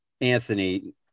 Anthony